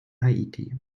haiti